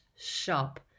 shop